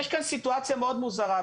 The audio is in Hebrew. יש כאן סיטואציה מאוד מוזרה.